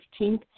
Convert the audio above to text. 15th